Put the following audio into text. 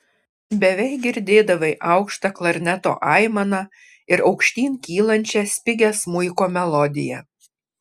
beveik girdėdavai aukštą klarneto aimaną ir aukštyn kylančią spigią smuiko melodiją